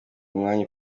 umwanya